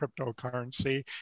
cryptocurrency